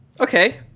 Okay